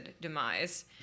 demise